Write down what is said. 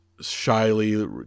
shyly